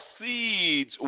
seeds